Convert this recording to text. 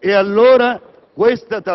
lo lasceranno nelle imprese, alla mercé delle grinfie di questo Governo,